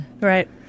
Right